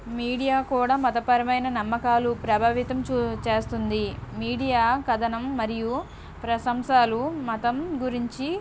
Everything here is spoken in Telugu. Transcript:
మీడియా కూడా మతపరమైన నమ్మకాలు ప్రభావితం చు చేస్తుంది మీడియా కథనం మరియు ప్రశంసాలు మతం గురించి